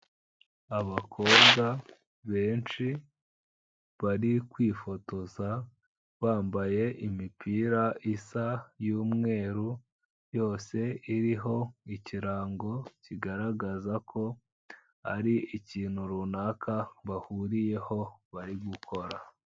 Abakobwa benshi bari kwifotoza bambaye imipira isa y'umweru, yose iriho ikirango kigaragaza ko ari ikintu runaka bahuriyeho bari gukora.